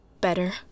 Better